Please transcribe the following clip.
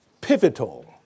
pivotal